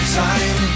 time